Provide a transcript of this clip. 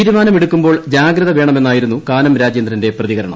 തീരുമാനമെടുക്കുമ്പോൾ ജാഗ്രത വേണമെന്നായിരുന്നു കാനം രാജേന്ദ്രന്റെ പ്രതികരണം